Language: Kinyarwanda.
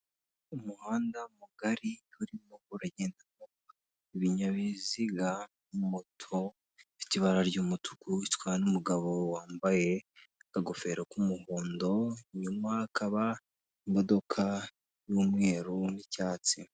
Umuhanda mugari urimo uragendamo ibinyabiziga moto ifite ibara ry'umutuku itwawe n'umugabo wambaye akagofero k'umuhondo inyuma hakaba imodoka y'umweru n'icyatsi.